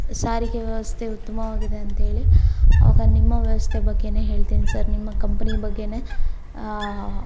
ಸಾರಿಗೆ ವ್ಯವಸ್ಥೆ ಉತ್ತಮವಾಗಿದೆ ಅಂಥೇಳಿ ಆವಾಗ ನಿಮ್ಮ ವ್ಯವಸ್ಥೆ ಬಗ್ಗೆನೇ ಹೇಳ್ತೀನಿ ಸರ್ ನಿಮ್ಮ ಕಂಪನಿ ಬಗ್ಗೆನೇ